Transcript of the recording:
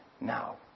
now